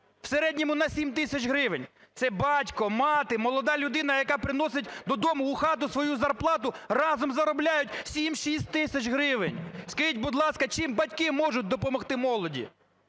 в середньому на 7 тисяч гривень, це батько, мати, молода людина, яка приносить додому, у хату свою зарплату, разом заробляють 6-7 тисяч гривень. Скажіть, будь ласка, чим батьки можуть допомогти молоді?